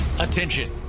Attention